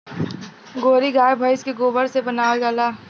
गोहरी गाय भइस के गोबर से बनावल जाला